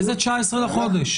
איזה 19 לחודש?